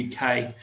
UK